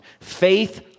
Faith